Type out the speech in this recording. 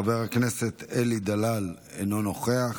חבר הכנסת אלי דלל, אינו נוכח,